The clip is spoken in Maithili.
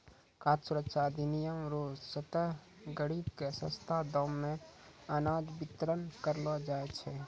खाद सुरक्षा अधिनियम रो तहत गरीब के सस्ता दाम मे अनाज बितरण करलो जाय छै